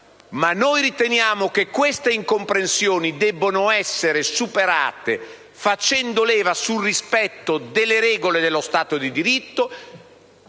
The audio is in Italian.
ma noi riteniamo che queste incomprensioni debbano essere superate facendo leva sul rispetto delle regole dello Stato di diritto,